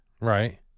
Right